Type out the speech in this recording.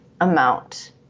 amount